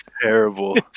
Terrible